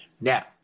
Now